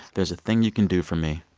there's a thing you can do for me